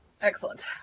Excellent